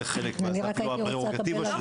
זה חלק מ --- אני רק אומר לך